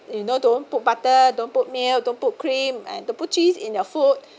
you know don't put butter don't put milk don't put cream and don't put cheese in your food